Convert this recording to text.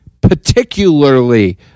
particularly